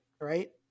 right